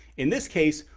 in this case,